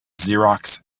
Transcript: xerox